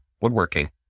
woodworking